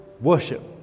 worship